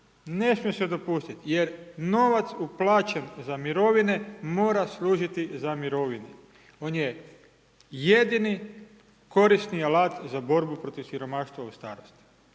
ne smije se dopustit jer novac uplaćen za mirovine mora služiti za mirovine, on je jedini korisni alat za borbu protiv siromaštva u startu.